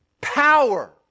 power